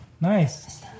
Nice